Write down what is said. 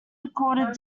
recorded